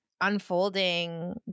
unfolding